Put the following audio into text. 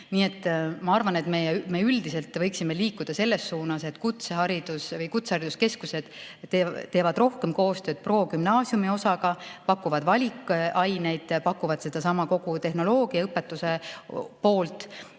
Nii et ma arvan, et me üldiselt võiksime liikuda selles suunas, et kutsehariduskeskused teevad rohkem koostööd progümnaasiumi osaga, pakuvad valikaineid, pakuvad sedasama tehnoloogiaõpetuse poolt.